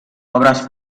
obras